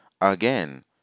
again